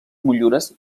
motllures